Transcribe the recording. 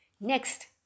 Next